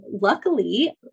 luckily